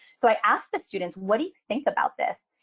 so i asked the students, what do you think about this?